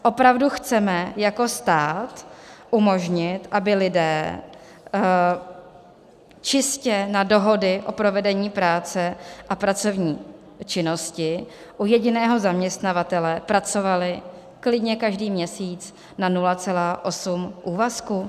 Opravdu chceme jako stát umožnit, aby lidé čistě na dohody o provedení práce a pracovní činnosti u jediného zaměstnavatele pracovali klidně každý měsíc na 0,8 úvazku?